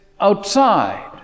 outside